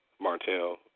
Martel